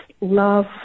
love